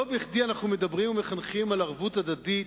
לא בכדי אנחנו מדברים ומחנכים על ערבות הדדית,